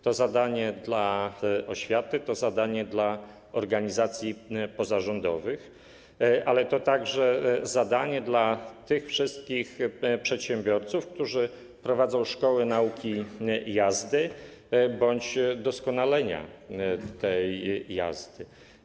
To zadanie dla oświaty, to zadanie dla organizacji pozarządowych, ale to także zadanie dla tych wszystkich przedsiębiorców, którzy prowadzą szkoły nauki jazdy bądź doskonalenia w zakresie tej jazdy.